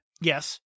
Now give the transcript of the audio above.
Yes